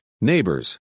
neighbors